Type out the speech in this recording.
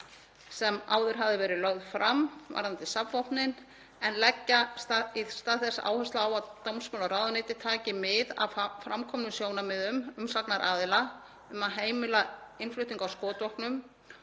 sem áður hafði verið lögð fram varðandi safnvopnin en leggja í stað þess áherslu á að dómsmálaráðuneytið tæki mið af framkomnum sjónarmiðum umsagnaraðila um að heimila innflutning á skotvopnum